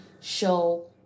show